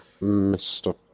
Mr